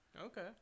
Okay